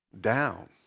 down